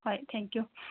ꯍꯣꯏ ꯊꯦꯡꯀ꯭ꯌꯨ